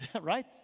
right